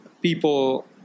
people